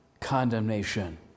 condemnation